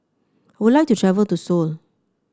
I would like to travel to Seoul